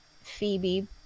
Phoebe